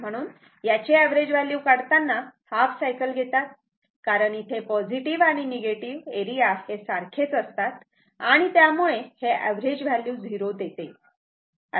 म्हणून याची average value काढताना हाफ सायकल घेतात कारण इथे पॉझिटिव्ह आणि निगेटिव्ह एरिया हे सारखेच असतात आणि त्यामुळे हे एव्हरेज व्हॅल्यू 0 येते